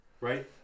right